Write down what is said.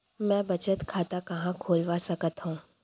मै बचत खाता कहाँ खोलवा सकत हव?